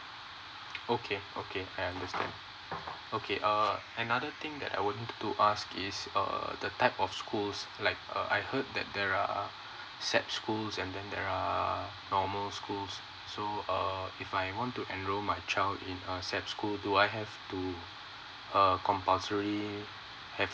okay okay I understand okay uh another thing that I would to ask is uh the type of schools like uh I heard that there are S_A_P schools and then there are normal schools so err if I want to enroll my child in uh S_A_P school do I have to err compulsory